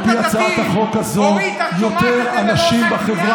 על פי הצעת החוק הזאת יותר אנשים בחברה